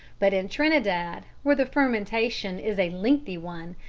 but in trinidad, where the fermentation is a lengthy one,